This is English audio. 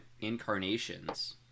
incarnations